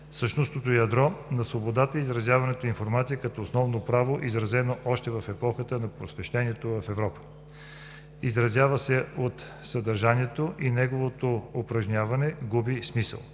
същностното ядро на свободата на изразяване и информация като основно право, признато още в епохата на Просвещението в Европа, изпразва го от съдържание и неговото упражняване губи смисъл.